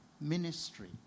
ministry